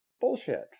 Bullshit